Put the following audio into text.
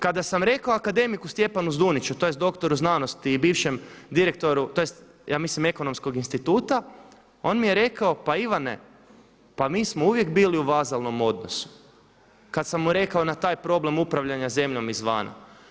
Kada sam rekao akademiku Stjepanu Zduniću, tj. dr. znanosti i bivšem direktoru, tj. ja mislim Ekonomskog instituta on mi je rekao pa Ivane pa mi smo uvijek bili u vazalnom odnosu kada sam mu rekao na taj problem upravljanja zemljom izvana.